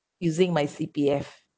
using my C_P_F